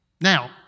Now